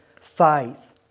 faith